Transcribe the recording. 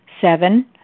Seven